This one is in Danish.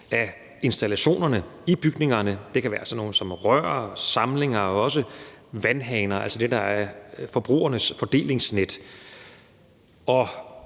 af installationerne i bygningerne. Det kan være sådan noget som rør, samlinger og også vandhaner, altså det, der er forbrugernes fordelingsnet.